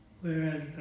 Whereas